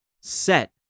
set